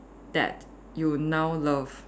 that you now love